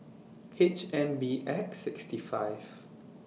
H N B X sixty five